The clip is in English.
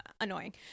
annoying